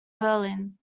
berlin